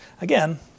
again